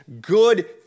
Good